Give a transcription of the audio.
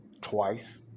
twice